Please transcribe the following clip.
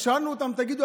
ושאלנו אותם: תגידו,